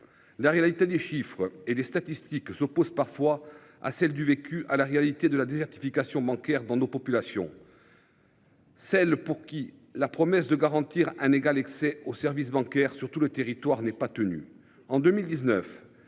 La réalité des chiffres et des statistiques s'opposent parfois à celle du vécu à la réalité de la désertification bancaire dans nos populations. Celles pour qui la promesse de garantir un égal accès aux services bancaires sur tout le territoire n'est pas tenu